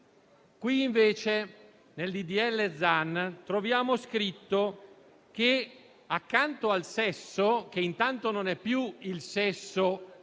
di legge Zan troviamo scritto che accanto al sesso - che intanto non è più il sesso